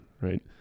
right